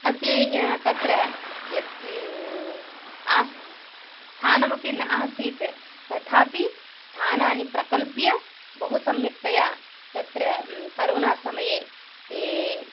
अपि तत्र य आस् स्थानमपि नासीत् तथापि स्थानानि प्रकल्प्य बहु सम्यक्तया तत्र करोनासमये ते